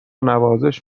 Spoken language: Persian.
نوازش